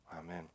Amen